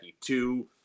two